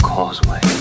Causeway